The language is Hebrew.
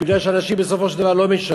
כי אנשים בסופו של דבר לא משלמים,